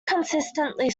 consistently